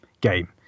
game